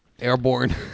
airborne